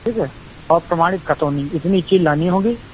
ठीक है और प्रमाणित खतौनी इतनी चीज लानी होगी